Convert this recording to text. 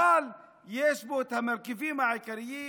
אבל יש בו את המרכיבים העיקריים,